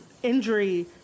Injury